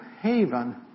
haven